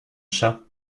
chat